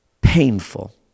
painful